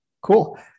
cool